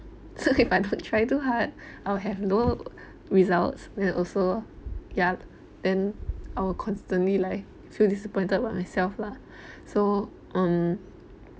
so if I don't try too hard I would have low results will also yup then I will constantly like feel disappointed by myself lah so um